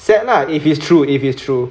sad lah if is true if is true